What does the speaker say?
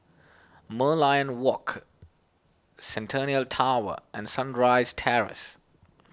Merlion Walk Centennial Tower and Sunrise Terrace